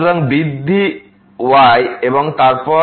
সুতরাং বৃদ্ধি y এবং তারপর